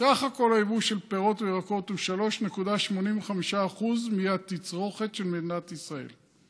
סך הכול היבוא של פירות וירקות הוא 3.85% מהתצרוכת של מדינת ישראל,